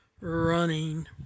running